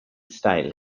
style